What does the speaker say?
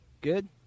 Good